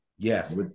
Yes